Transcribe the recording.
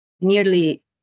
Nearly